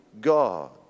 God